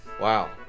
Wow